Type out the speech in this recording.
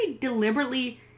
deliberately